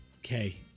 Okay